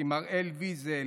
עם הראל ויזל,